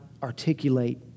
articulate